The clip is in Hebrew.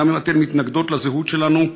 גם אם אתם מתנגדות לזהות שלנו,